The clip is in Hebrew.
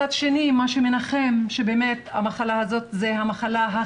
מצד שני מה שמנחם הוא שבאמת המחלה הזאת היא המחלה בה